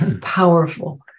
powerful